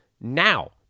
now